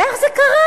איך זה קרה?